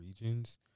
regions